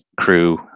crew